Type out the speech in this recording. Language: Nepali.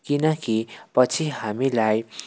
किनकि पछि हामीलाई